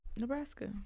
Nebraska